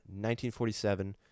1947